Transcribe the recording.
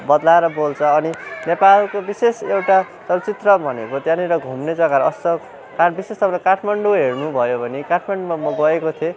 बद्लाएर बोल्छ अनि नेपालको बिशेष एउटा चलचित्र भनेको त्यहाँनिर घुम्ने जग्गाहरू असल विशेष गरेर काठमाडौँ हेर्नु भयो भने काठमाडौँमा म गएको थिएँ